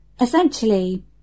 Essentially